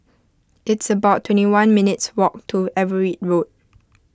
it's about twenty one minutes' walk to Everitt Road